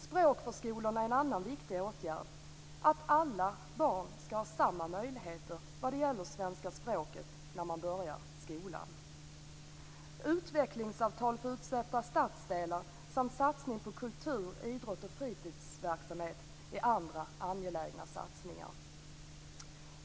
Språkförskolorna är en annan viktig åtgärd: alla barn skall ha samma möjligheter vad gäller svenska språket när de börjar skolan. Utvecklingsavtal för utsatta stadsdelar samt satsning på kultur, idrotts och fritidsverksamhet är andra angelägna satsningar.